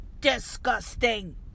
Disgusting